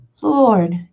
Lord